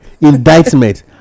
indictment